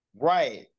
Right